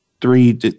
three